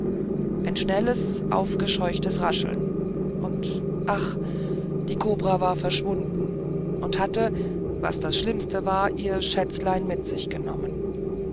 ein schnelles aufgescheuchtes rascheln und ach die kobra war verschwunden und hatte was das schlimmste war ihr schätzlein mit sich genommen